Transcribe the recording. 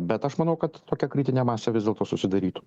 bet aš manau kad tokia kritinė masė vis dėlto susidarytų